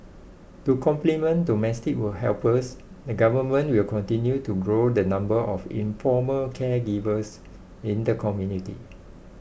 to complement domestic will helpers the government will continue to grow the number of informal caregivers in the community